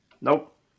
Nope